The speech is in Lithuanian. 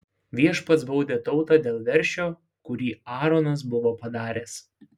viešpats baudė tautą dėl veršio kurį aaronas buvo padaręs